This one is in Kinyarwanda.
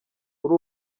kuri